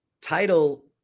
title